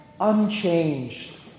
unchanged